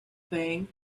thing